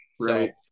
Right